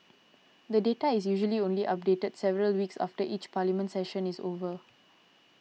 the data is usually only updated several weeks after each Parliament session is over